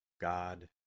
God